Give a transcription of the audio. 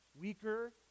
Weaker